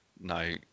No